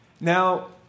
Now